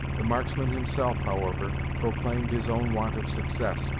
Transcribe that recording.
the marksman himself, however, proclaimed his own want of success,